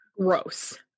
Gross